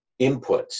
inputs